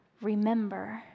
remember